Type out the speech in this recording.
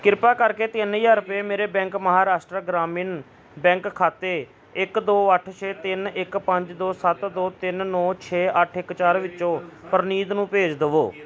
ਕ੍ਰਿਪਾ ਕਰਕੇ ਤਿੰਨ ਹਜ਼ਾਰ ਰੁਪਏ ਮੇਰੇ ਬੈਂਕ ਮਹਾਰਾਸ਼ਟਰ ਗ੍ਰਾਮੀਣ ਬੈਂਕ ਖਾਤੇ ਇੱਕ ਦੋ ਅੱਠ ਛੇ ਤਿੰਨ ਇੱਕ ਪੰਜ ਦੋ ਸੱਤ ਦੋ ਤਿੰਨ ਨੌਂ ਛੇ ਅੱਠ ਇੱਕ ਚਾਰ ਵਿਚੋਂ ਪ੍ਰਨੀਤ ਨੂੰ ਭੇਜ ਦਵੋ